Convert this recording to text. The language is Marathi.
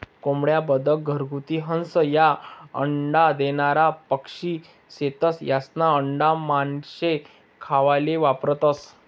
कोंबड्या, बदक, घरगुती हंस, ह्या अंडा देनारा पक्शी शेतस, यास्ना आंडा मानशे खावाले वापरतंस